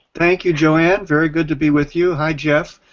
thank you joanne. very good to be with you. hi jeff,